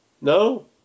No